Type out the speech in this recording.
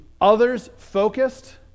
others-focused